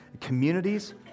communities